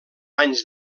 anys